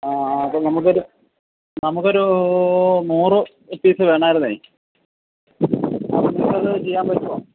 അപ്പം നമുക്ക് ഒരു നമുക്കൊരു നൂറു പീസ് വേണമായിരുന്നു അപ്പോൾ നിങ്ങൾക്ക് അത് ചെയ്യാന് പറ്റുമോ